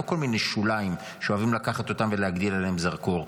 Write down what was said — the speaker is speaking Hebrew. לא כל מיני שוליים שאוהבים לקחת אותם ולהגדיל עליהם זרקור,